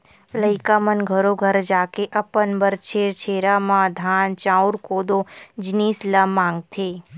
लइका मन घरो घर जाके अपन बर छेरछेरा म धान, चाँउर, कोदो, जिनिस ल मागथे